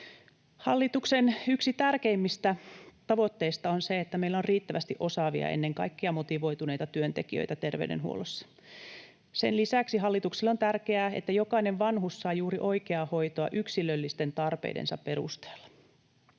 Hallituksen yksi tärkeimmistä tavoitteista on se, että meillä on riittävästi osaavia ja ennen kaikkea motivoituneita työntekijöitä terveydenhuollossa. Sen lisäksi hallitukselle on tärkeää, että jokainen vanhus saa juuri oikeaa hoitoa yksilöllisten tarpeidensa perusteella.